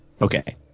Okay